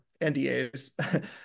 NDAs